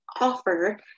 offer